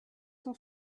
cent